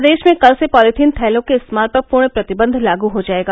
प्रदेश में कल से पॉलीथिन थैलों के इस्तेमाल पर पूर्ण प्रतिबंध लागू हो जाएगा